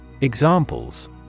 Examples